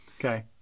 Okay